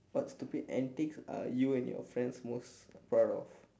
what stupid antics are you and your friends most proud of